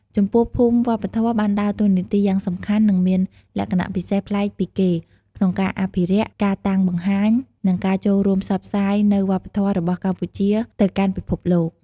ចំពោះភូមិវប្បធម៌បានដើរតួនាទីយ៉ាងសំខាន់ និងមានលក្ខណៈពិសេសប្លែកពីគេក្នុងការអភិរក្ស ការតាំងបង្ហាញ និងការចូលរួមផ្សព្វផ្សាយនូវវប្បធម៌របស់កម្ពុជាទៅកាន់ពិភពលោក។